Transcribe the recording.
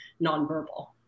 nonverbal